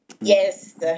Yes